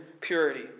purity